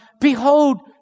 behold